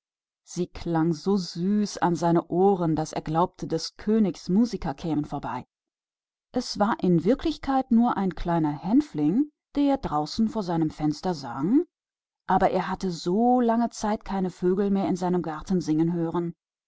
es klang so süß an seine ohren daß er dachte die musikanten des königs zögen vorüber aber es war bloß ein kleiner hänfling der vor seinem fenster sang doch hatte er so lange keinen vogel mehr in seinem garten singen hören